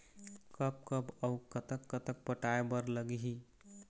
कब कब अऊ कतक कतक पटाए बर लगही